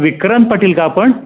विक्रांत पाटील का आपण